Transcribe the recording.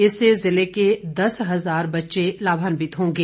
इससे जिले के दस हजार बच्चे लाभान्वित होंगे